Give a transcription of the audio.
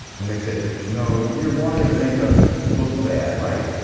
and they said, no, you're walking to make us look bad, right?